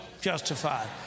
Justified